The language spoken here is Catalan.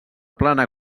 plana